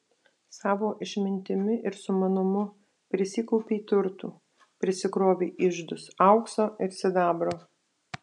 savo išmintimi ir sumanumu prisikaupei turtų prisikrovei iždus aukso ir sidabro